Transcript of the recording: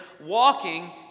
walking